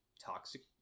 toxic